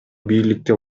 бийликти